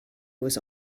was